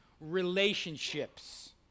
relationships